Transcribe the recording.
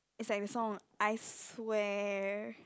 it's like the song I swear